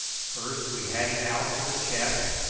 first we had him out to the chest,